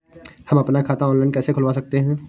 हम अपना खाता ऑनलाइन कैसे खुलवा सकते हैं?